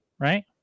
right